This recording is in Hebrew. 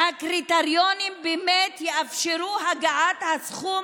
שהקריטריונים באמת יאפשרו את הגעת הסכום